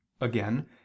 again